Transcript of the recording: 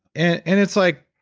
and and it's like,